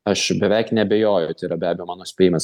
aš beveik neabejoju tai yra be abejo mano spėjimas